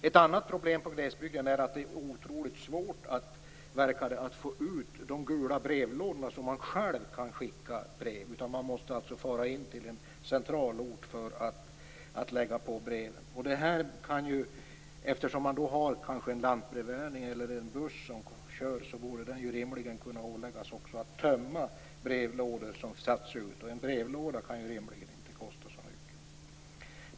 Ett annat problem i glesbygden är att det verkar vara otroligt svårt att få ut gula brevlådor så att man själv kan skicka brev. Man måste fara in till en centralort för att lägga på brev. Men det finns ju en lantbrevbärare eller en buss som kör, som rimligen borde kunna åläggas att också tömma brevlådor som satts ut. En brevlåda kan ju rimligen inte kosta så mycket.